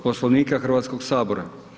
Poslovnika Hrvatskog sabora.